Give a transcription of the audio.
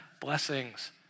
blessings